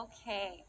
Okay